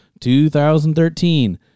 2013